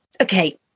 okay